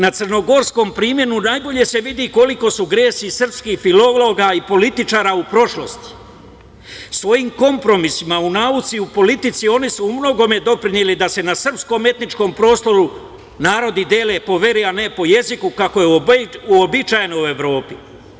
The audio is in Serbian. Na crnogorskom primeru najbolje se vidi koliki su gresi srpskih filologa i političara u prošlosti, svojim kompromisima u nauci i u politici oni su u mnogome doprineli da se na srpskom etničkom prostoru narodi dele po veri, a ne po jeziku, kako je uobičajeno u Evropi.